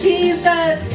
Jesus